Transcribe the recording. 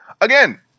again